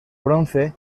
bronce